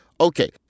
Okay